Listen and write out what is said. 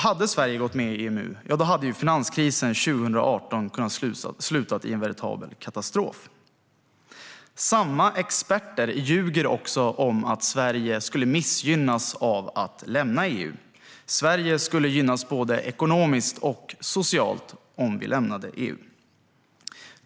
Hade Sverige gått med i EMU hade finanskrisen 2008 kunnat sluta i en veritabel katastrof. Samma experter ljuger också om att Sverige skulle missgynnas av att lämna EU. Sverige skulle gynnas både ekonomiskt och socialt om vi lämnade EU.